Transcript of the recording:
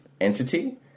entity